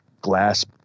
glass